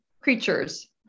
creatures